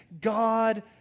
God